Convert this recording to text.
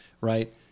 right